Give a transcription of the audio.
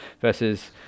versus